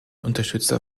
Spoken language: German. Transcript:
unterstützer